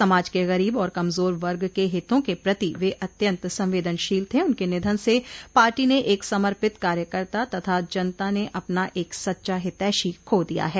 समाज के गरीब और कमजोर वर्ग के हितों के प्रति वे अत्यन्त संवेदनशील थे उनके निधन से पार्टी ने एक समर्पित कार्यकर्ता तथा जनता ने अपना एक सच्चा हितैषी खो दिया है